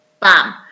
Bam